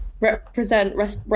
represent